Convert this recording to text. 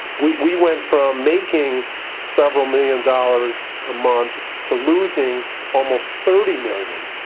we we went from making several million dollars a month to losing almost thirty million.